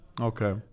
Okay